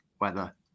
weather